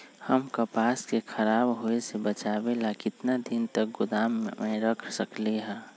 हम कपास के खराब होए से बचाबे ला कितना दिन तक गोदाम में रख सकली ह?